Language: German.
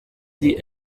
die